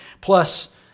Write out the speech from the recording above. plus